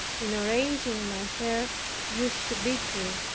in arranging my hair used to beat me,